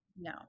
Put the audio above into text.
no